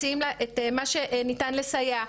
מציעים לה את מה שניתן לסייע,